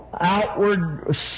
outward